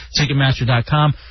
Ticketmaster.com